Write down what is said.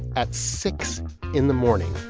at six in the morning,